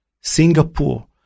Singapore